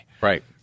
Right